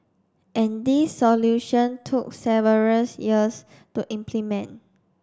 and this solution took severals years to implement